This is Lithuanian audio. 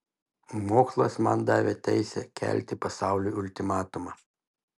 mokslas man davė teisę kelti pasauliui ultimatumą